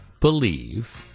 believe